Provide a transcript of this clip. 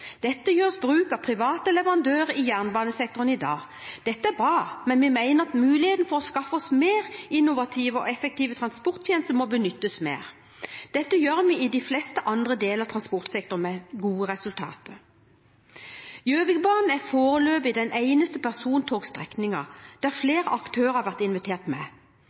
gjøres bruk av private leverandører i jernbanesektoren i dag. Dette er bra, men vi mener at muligheten for å skaffe oss mer innovative og effektive transporttjenester må benyttes mer. Dette gjør vi i de fleste andre deler av transportsektoren, med gode resultater. Gjøvikbanen er foreløpig den eneste persontogstrekningen der flere aktører har vært invitert med.